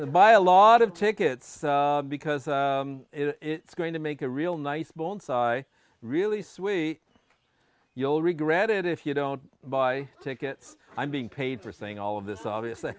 buy a lot of tickets because it's going to make a real nice bonsai really sweet you'll regret it if you don't buy tickets i'm being paid for saying all of this obviously